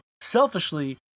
selfishly